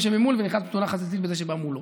שממול ונכנס בתאונה חזיתית בזה שבא מולו.